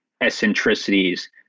eccentricities